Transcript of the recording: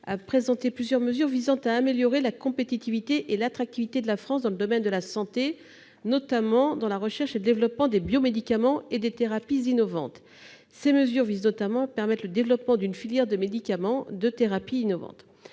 a présenté plusieurs mesures visant à améliorer la compétitivité et l'attractivité de la France dans le domaine de la santé, notamment dans la recherche et le développement des biomédicaments et des thérapies innovantes. Ces mesures visent notamment à permettre le développement d'une filière de médicaments de thérapie innovante.